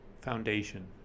Foundation